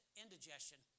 indigestion